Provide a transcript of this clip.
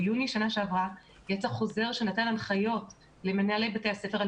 ביוני שנה שעברה יצא חוזר שנתן הנחיות למנהלי בתי הספר על